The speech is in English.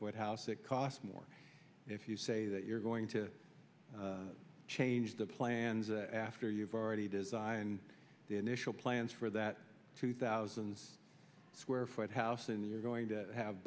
foot house it costs more if you say that you're going to change the plans after you've already designed the initial plans for that to thousands of square foot house and you're going to have